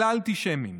ולאנטישמים: